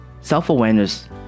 self-awareness